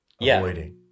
avoiding